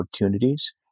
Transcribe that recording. opportunities